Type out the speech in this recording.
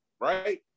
right